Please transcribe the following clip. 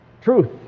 truth